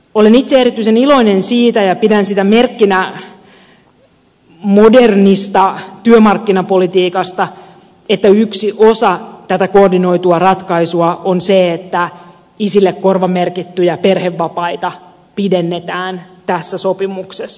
olen itse erityisen iloinen siitä ja pidän sitä merkkinä modernista työmarkkinapolitiikasta että yksi osa tätä koordinoitua ratkaisua on se että isille korvamerkittyjä perhevapaita pidennetään tässä sopimuksessa